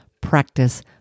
Practice